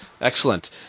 Excellent